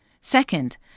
Second